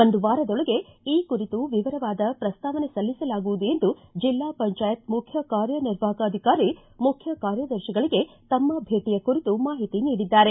ಒಂದು ವಾರದೊಳಗೆ ಈ ಕುರಿತು ವಿವರವಾದ ಪ್ರಸ್ತಾವನೆ ಸಲ್ಲಿಸಲಾಗುವುದು ಎಂದು ಜಿಲ್ಲಾ ಪಂಚಾಯತ್ ಮುಖ್ಯ ಕಾರ್ಯ ನಿರ್ವಾಹಕ ಅಧಿಕಾರಿ ಮುಖ್ಯ ಕಾರ್ಯದರ್ತಿಗಳಿಗೆ ತಮ್ಮ ಭೇಟಯ ಕುರಿತು ಮಾಹಿತಿ ನೀಡಿದ್ದಾರೆ